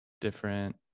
different